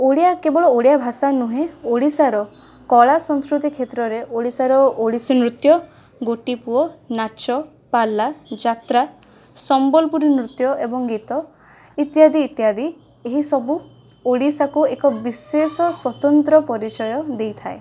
ଓଡ଼ିଆ କେବଳ ଓଡ଼ିଆଭାଷା ନୁହେଁ ଓଡ଼ିଶାର କଳାସଂସ୍କୃତି କ୍ଷେତ୍ରରେ ଓଡ଼ିଶାର ଓଡ଼ିଶୀନୃତ୍ୟ ଗୋଟିପୁଅ ନାଚ ପାଲା ଯାତ୍ରା ସମ୍ବଲପୁରୀ ନୃତ୍ୟ ଏବଂ ଗୀତ ଇତ୍ୟାଦି ଇତ୍ୟାଦି ଏହିସବୁ ଓଡ଼ିଶାକୁ ଏକ ବିଶେଷ ସ୍ୱତନ୍ତ୍ର ପରିଚୟ ଦେଇଥାଏ